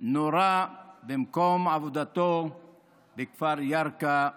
נורה במקום עבודתו בכפר ירכא,